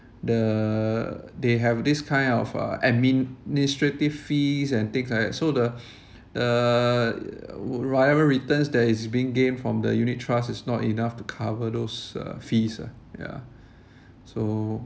the they have this kind of uh administrative fees and things like that so the the whatever returns that is being gained from the unit trust is not enough to cover those uh fees ah ya so